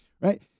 Right